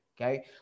okay